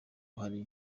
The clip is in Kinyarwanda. hari